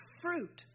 fruit